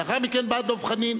לאחר מכן בא דב חנין,